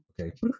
Okay